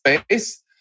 space